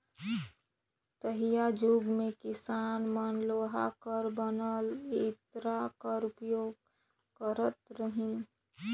तइहाजुग मे किसान मन लोहा कर बनल इरता कर उपियोग करत रहिन